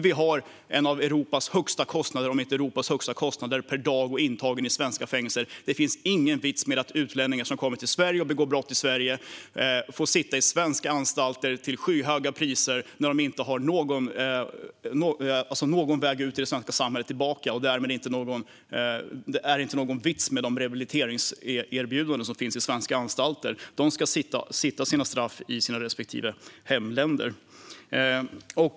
Vi har en av Europas högsta kostnader - om inte den högsta - per dag och intagen i svenska fängelser. Det finns ingen vits med att utlänningar som kommer till Sverige och som begår brott i Sverige får sitta på svenska anstalter till skyhöga priser när de inte har någon väg tillbaka ut i det svenska samhället och när det därmed inte är någon vits med de rehabiliteringserbjudanden som finns på svenska anstalter. Dessa personer ska sitta av sina straff i sina respektive hemländer.